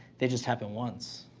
they just happen once,